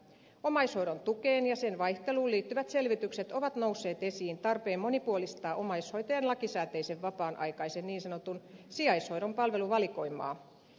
omaishoidon tukeen ja sen vaihteluun liittyvät selvitykset ovat nostaneet esiin tarpeen monipuolistaa omaishoitajan lakisääteisen vapaan aikaisen niin sanotun sijaishoidon palveluvalikoimaa